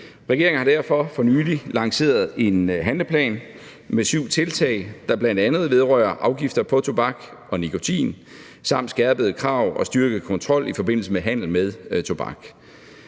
Regeringen har derfor for nylig lanceret en handleplan med syv tiltag, der bl.a. vedrører afgifter på tobak og nikotin samt skærpede krav og styrket kontrol i forbindelse med handel med tobak.